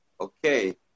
okay